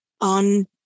on